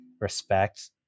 respect